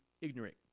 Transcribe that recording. ignorant